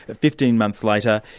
ah fifteen months later,